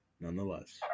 Nonetheless